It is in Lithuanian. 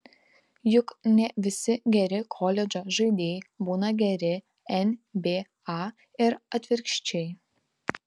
juk ne visi geri koledžo žaidėjai būna geri nba ir atvirkščiai